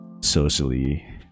socially